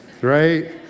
right